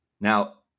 Now